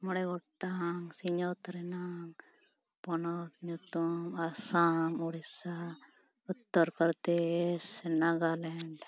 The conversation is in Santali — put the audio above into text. ᱢᱮᱬᱮ ᱜᱚᱴᱟᱝ ᱥᱤᱧᱚᱛ ᱨᱮᱱᱟᱝ ᱯᱚᱱᱚᱛ ᱧᱩᱛᱢ ᱟᱥᱟᱢ ᱳᱰᱤᱥᱟ ᱩᱛᱛᱚᱨᱯᱚᱨᱫᱮᱥ ᱱᱟᱜᱟᱞᱮᱸᱰ